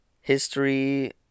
History